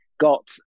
Got